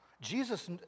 Jesus